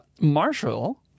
Marshall